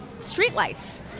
streetlights